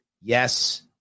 Yes